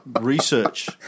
research